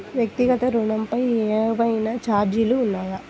వ్యక్తిగత ఋణాలపై ఏవైనా ఛార్జీలు ఉన్నాయా?